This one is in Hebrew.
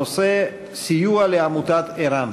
בנושא: סיוע לעמותת ער"ן.